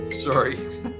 sorry